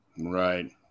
Right